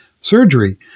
surgery